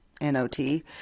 N-O-T